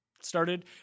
started